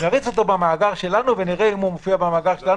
ונריץ אותו במאגר שלנו ונראה אם הוא שם.